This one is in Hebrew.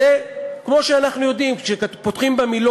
כמו שכל אחד אחר יכול היה